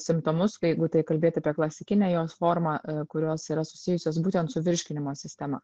simptomus jeigu tai kalbėti apie klasikinę jos formą kurios yra susijusios būtent su virškinimo sistema